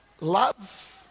love